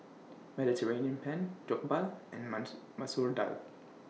Mediterranean Penne Jokbal and Masoor Dal